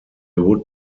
would